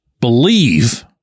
believe